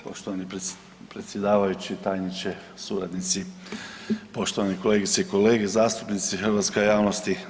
Poštovani predsjedavajući, tajniče, suradnici, poštovani kolegice i kolege zastupnici, hrvatska javnosti.